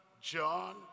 John